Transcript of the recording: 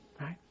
Right